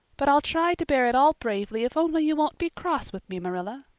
but i'll try to bear it all bravely if only you won't be cross with me, marilla.